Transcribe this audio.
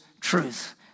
truth